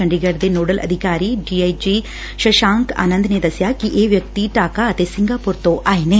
ਚੰਡੀਗੜ ਦੇ ਨੋਡਲ ਅਧਿਕਾਰੀ ਡੀ ਆਈ ਜੀ ਸੰਸਾਕ ਆਨੰਦ ਨੇ ਦਸਿਆ ਕਿ ਇਹ ਵਿਅਕਤੀ ਢਾਕਾ ਅਤੇ ਸੰਘਾਪੁਰ ੱਤੋ ਂ ਆਏ ਨੇ